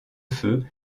feu